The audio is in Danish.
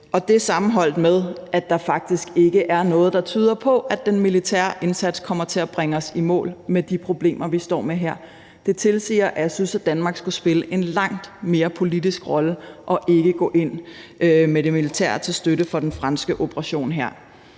det sammenholdt med, at der faktisk ikke er noget, der tyder på, at den militære indsats kommer til at bringe os i mål med de problemer, vi står med her, tilsiger, at Danmark skulle spille en langt mere politisk rolle og ikke gå ind militært til støtte for den franske operation her.